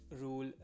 rule